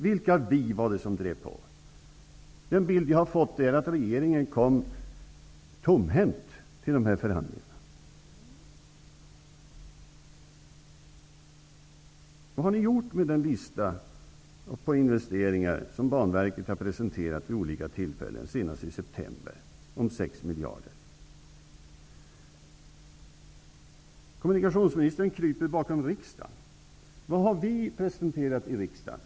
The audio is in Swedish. Vilka var det som drev på? Den bild som vi har fått är att regeringen kom tomhänt till dessa förhandlingar. Vad har ni gjort med den lista på förslag till investeringar om 6 miljarder kronor som Banverket har presenterat vid olika tillfällen -- senast i september? Kommunikationsministern kryper bakom riksdagen. Vad har vi presenterat i riksdagen?